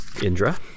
Indra